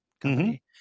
company